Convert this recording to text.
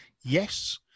yes